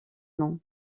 nom